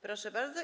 Proszę bardzo.